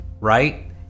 right